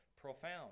profound